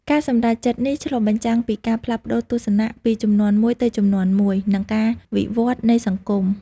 ការសម្រេចចិត្តនេះឆ្លុះបញ្ចាំងពីការផ្លាស់ប្តូរទស្សនៈពីជំនាន់មួយទៅជំនាន់មួយ និងការវិវឌ្ឍន៍នៃសង្គម។